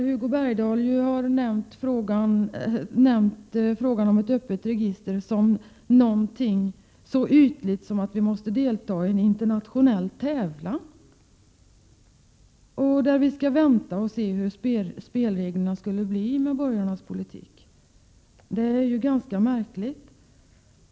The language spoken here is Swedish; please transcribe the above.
Hugo Bergdahl har talat om ett öppet register som någonting så ytligt som att vi måste delta i en internationell tävlan. Han menar att vi skall vänta och se hur spelreglerna blir med borgarnas politik. Detta är ganska märkligt.